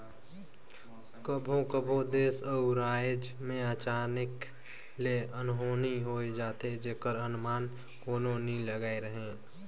कभों कभों देस अउ राएज में अचानके ले अनहोनी होए जाथे जेकर अनमान कोनो नी लगाए रहें